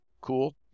cool